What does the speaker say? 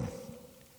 תודה לך.